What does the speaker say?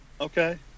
Okay